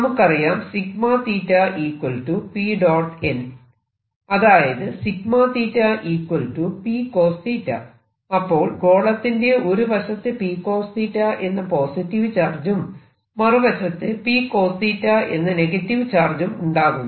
നമുക്കറിയാം അതായത് അപ്പോൾ ഗോളത്തിന്റെ ഒരു വശത്ത് P എന്ന പോസിറ്റീവ് ചാർജും മറു വശത്ത് P എന്ന നെഗറ്റീവ് ചാർജും ഉണ്ടാകുന്നു